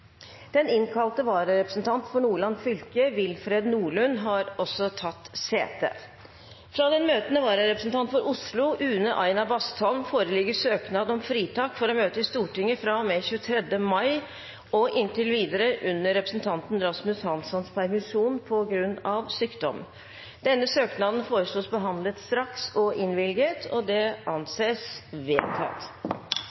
Den innkalte vararepresentanten for Nordland fylke, Willfred Nordlund, har tatt sete. Fra den møtende vararepresentanten for Oslo, Une Aina Bastholm, foreligger søknad om fritak for å møte i Stortinget fra og med 23. mai og inntil videre under representanten Rasmus Hanssons permisjon, på grunn av sykdom. Etter forslag fra presidenten ble enstemmig besluttet: Søknaden behandles straks og